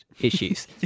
issues